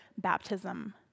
baptism